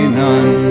none